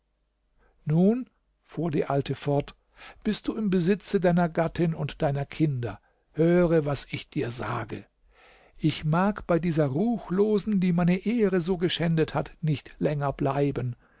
nun fuhr die alte fort bist du im besitze deiner gattin und deiner kinder höre was ich dir sage ich mag bei dieser ruchlosen die meine ehre so geschändet hat nicht länger bleiben